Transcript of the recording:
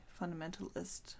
fundamentalist